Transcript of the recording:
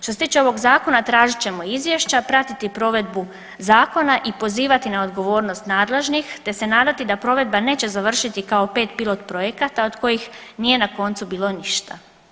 Što se tiče ovog zakona tražit ćemo izvješća, pratiti provedbu zakona i pozivati na odgovornost nadležnih, te se nadati da provedba neće završiti kao pet pilot projekata od kojih nije na koncu bilo ništa.